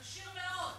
כשיר מאוד.